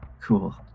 Cool